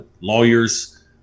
lawyers